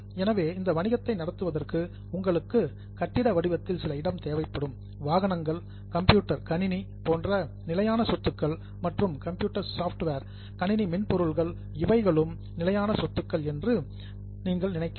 எனவே வணிகத்தை நடத்துவதற்கு உங்களுக்கு கட்டிட வடிவத்தில் சில இடம் தேவைப்படும் வாகனங்கள் கம்ப்யூட்டர் கணினி போன்ற நிலையான சொத்துக்கள் மற்றும் கம்ப்யூட்டர் சாப்ட்வேர் கணினி மென்பொருள்கள் இவைகளும் நிலையான சொத்துக்கள் என்று நீங்கள் நினைக்கலாம்